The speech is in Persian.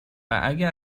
اگر